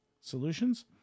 Solutions